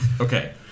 Okay